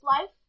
life